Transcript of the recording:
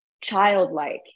childlike